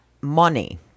money